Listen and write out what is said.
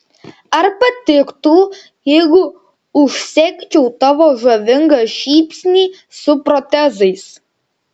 ar patiktų jeigu užsegčiau tavo žavingą šypsnį su protezais